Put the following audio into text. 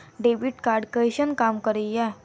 Debit card कैसन काम करेया?